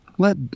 Let